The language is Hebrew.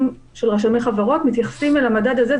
של רשמי חברות מתייחסים אל המדד הזה,